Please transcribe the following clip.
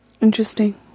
Interesting